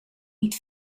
niet